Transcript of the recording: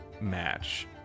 match